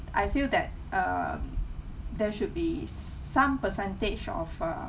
I feel that um there should be some percentage of uh